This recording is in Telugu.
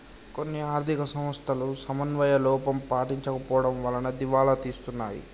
కొన్ని ఆర్ధిక సంస్థలు సమన్వయ లోపం పాటించకపోవడం వలన దివాలా తీస్తున్నాయి